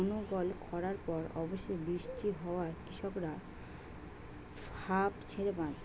অনর্গল খড়ার পর অবশেষে বৃষ্টি হওয়ায় কৃষকরা হাঁফ ছেড়ে বাঁচল